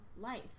life